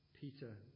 Peter